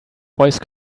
voice